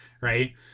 right